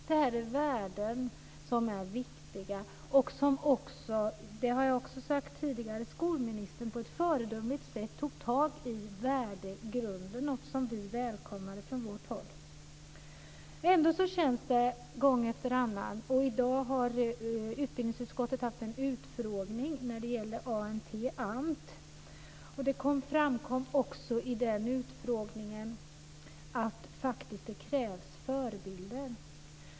Detta är värden som är viktiga, och, vilket jag också har sagt tidigare, skolministern tog på ett föredömligt sätt tag i värdegrunden, något som vi från vårt håll välkomnade. I dag har utbildningsutskottet haft en utfrågning som gällde ANT. Det framkom också i den utfrågningen att det faktiskt krävs förebilder.